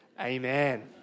amen